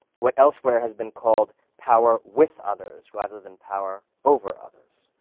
what elsewhere has been called power with others rather than power over others.